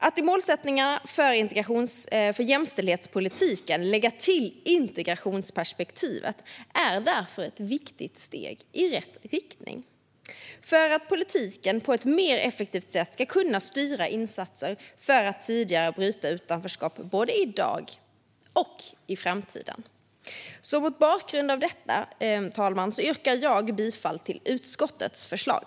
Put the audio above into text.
Att i målsättningarna för jämställdhetspolitiken lägga till integrationsperspektivet är därför ett viktigt steg i rätt riktning, för att politiken på ett mer effektivt sätt ska kunna styra insatser för att tidigare bryta utanförskap både i dag och i framtiden. Mot bakgrund av detta, herr talman, yrkar jag bifall till utskottets förslag.